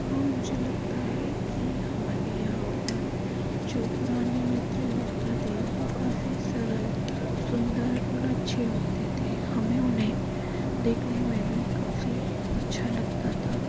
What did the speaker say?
हाँ मुझे लगता है कि हमारे यहाँ पर जो पुराने नृत्य होते थे वो काफ़ी सरल सुंदर और अच्छे होते थे हमें उन्हें देखने में भी काफ़ी अच्छा लगता था